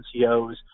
NCOs